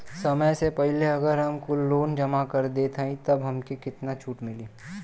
समय से पहिले अगर हम कुल लोन जमा कर देत हई तब कितना छूट मिली?